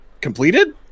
completed